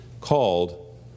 called